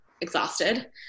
exhausted